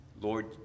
Lord